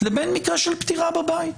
לבין מקרה של פטירה בבית,